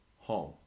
home